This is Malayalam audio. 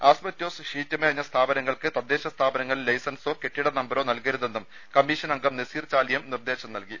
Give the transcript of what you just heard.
ആസ്ബസ്റ്റോസ് ഷീറ്റ് മേഞ്ഞ സ്ഥാപനങ്ങൾക്ക് തദ്ദേശ സ്ഥാപനങ്ങൾ ലൈസൻസോ കെട്ടിട നമ്പരോ നൽകരുതെന്നും കമീഷൻ അംഗം നസീർ ചാലിയം നിർദ്ദേശം നൽകി